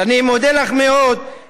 ואני מודה לך מאוד,